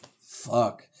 Fuck